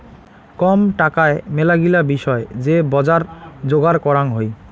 কম টাকায় মেলাগিলা বিষয় যে বজার যোগার করাং হই